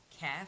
calf